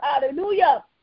hallelujah